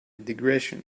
digression